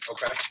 Okay